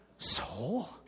soul